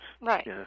Right